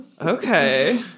Okay